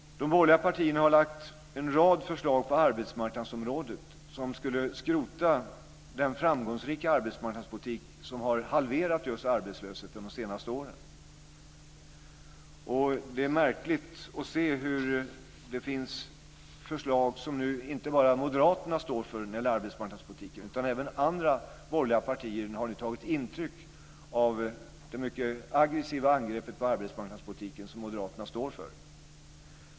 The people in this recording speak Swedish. De borgerliga partierna har lagt fram en rad förslag på arbetsmarknadsområdet som skulle skrota den framgångsrika arbetsmarknadspolitik som har halverat arbetslösheten de senaste åren. Det är märkligt att se hur även andra borgerliga partier nu har tagit intryck av det mycket aggressiva angreppet på arbetsmarknadspolitiken som Moderaterna står för.